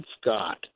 Scott